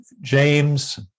James